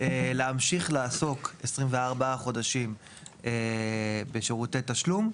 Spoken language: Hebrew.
להמשיך לעסוק 24 חודשים בשירותי תשלום,